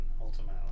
ultimately